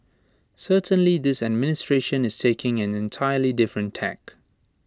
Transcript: certainly this administration is taking an entirely different tack